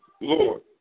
Lord